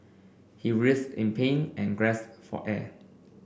he writhed in pain and gasped for air